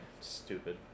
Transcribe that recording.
stupid